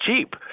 cheap